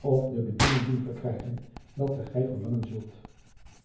of de bediening doen verkrijgen welke gij verlangen zult